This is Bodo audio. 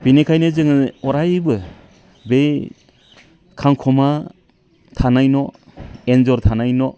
बिनिखायनो जोङो अरायबो बे खांख'मा थानाय न' एन्जर थानाय न'